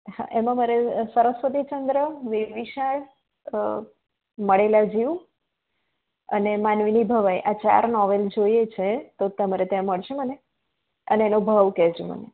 હા એમાં મારે સરસ્વતીચંદ્ર વેવિશાળ મળેલા જીવ અને માનવીની ભવાઈ આ ચાર નોવેલ જોઈએ છે તો તમારે ત્યાં મળશે મને અને એનો ભાવ કહેજો મને